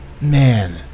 Man